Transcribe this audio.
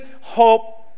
hope